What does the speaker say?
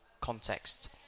context